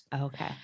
okay